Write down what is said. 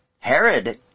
Herod